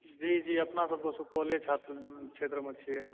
जी जी अपनसभके सुपौले क्षेत्रमे छियै